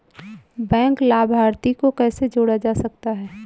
Bank लाभार्थी को कैसे जोड़ा जा सकता है?